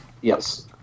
Yes